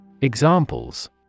Examples